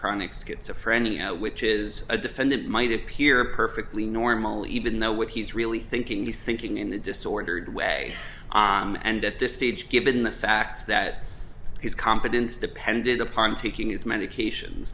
chronic schizophrenia which is a defendant might appear perfectly normal even though what he's really thinking is thinking in the disordered way and at this stage given the fact that his competence depended upon taking his medications